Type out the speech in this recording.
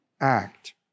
act